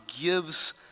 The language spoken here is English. gives